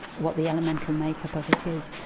what the elemental make-up of it is.